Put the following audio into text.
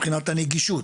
מבחינת הנגישות,